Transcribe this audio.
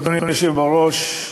אדוני היושב בראש,